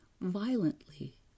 violently